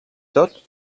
tot